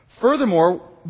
Furthermore